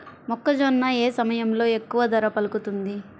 మొక్కజొన్న ఏ సమయంలో ఎక్కువ ధర పలుకుతుంది?